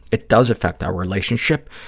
it does affect our relationship,